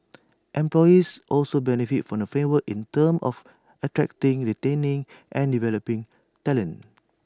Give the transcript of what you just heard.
employers also benefit from the framework in terms of attracting retaining and developing talent